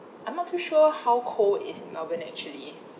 I'm not too sure how cold is melbourne actually